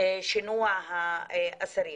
שינוע האסירים,